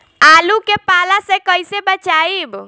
आलु के पाला से कईसे बचाईब?